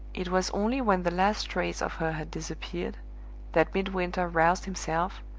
it was only when the last trace of her had disappeared that midwinter roused himself,